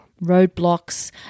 roadblocks